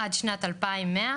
עד שנת 2100,